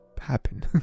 happen